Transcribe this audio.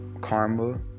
karma